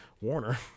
Warner